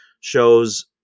shows